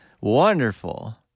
wonderful